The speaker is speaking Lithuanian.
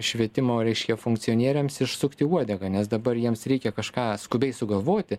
švietimo reiškia funkcionieriams išsukti uodegą nes dabar jiems reikia kažką skubiai sugalvoti